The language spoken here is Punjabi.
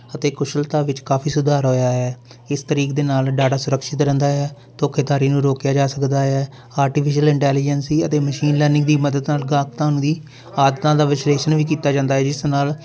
ਅਤੇ ਕੁਸ਼ਲਤਾ ਵਿੱਚ ਕਾਫ਼ੀ ਸੁਧਾਰ ਹੋਇਆ ਹੈ ਇਸ ਤਰੀਕ ਦੇ ਨਾਲ ਡਾਟਾ ਸੁਰਕਸ਼ਿਤ ਰਹਿੰਦਾ ਹੈ ਧੋਖੇਧਾਰੀ ਨੂੰ ਰੋਕਿਆ ਜਾ ਸਕਦਾ ਹੈ ਆਰਟੀਫਿਸ਼ਅਲ ਇੰਟੈਲੀਜੈਂਸੀ ਅਤੇ ਮਸ਼ੀਨ ਲਾਨਿੰਗ ਦੀ ਮਦਦ ਨਾਲ ਗਹਾਕਾਂ ਨੂੰ ਵੀ ਆਦਤਾਂ ਦਾ ਵਿਸ਼ਲੇਸ਼ਣ ਵੀ ਕੀਤਾ ਜਾਂਦਾ ਜਿਸ ਨਾਲ